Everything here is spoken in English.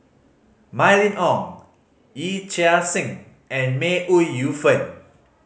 Mylene Ong Yee Chia Hsing and May Ooi Yu Fen